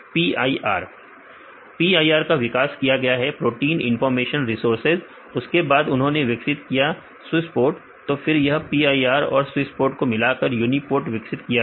विद्यार्थी PIR PIR का विकास किया गया प्रोटीन इंफॉर्मेशन रिसोर्स उसके बाद उन्होंने विकसित किया स्विसपोर्ट तो फिर यह PIR और स्विसपोर्ट को मिला कर यूनीपोर्ट विकसित किया गया